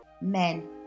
men